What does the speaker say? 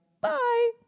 bye